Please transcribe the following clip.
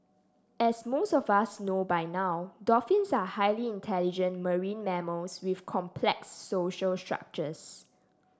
as most of us know by now dolphins are highly intelligent marine mammals with complex social structures